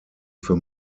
für